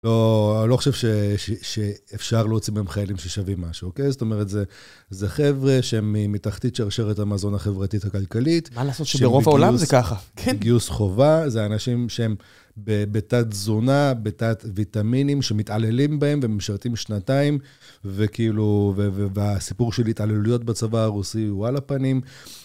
לא, אני לא חושב שאפשר להוציא מהם חיילים ששווים משהו, אוקיי? זאת אומרת, זה חבר'ה שהם מתחתית שרשרת המזון החברתית הכלכלית. מה לעשות, שברוב העולם זה ככה. מגיוס חובה, זה אנשים שהם בתת תזונה, בתת ויטמינים שמתעללים בהם ומשרתים שנתיים, וכאילו, והסיפור של התעללויות בצבא הרוסי הוא על הפנים.